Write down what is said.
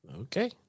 Okay